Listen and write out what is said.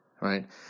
right